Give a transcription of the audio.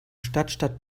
stadtstaat